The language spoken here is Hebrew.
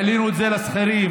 העלינו את זה לשכירים.